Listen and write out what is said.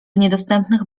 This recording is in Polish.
niedostępnych